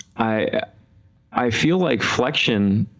i i feel like flexion,